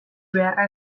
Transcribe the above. beharra